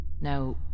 Now